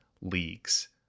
leagues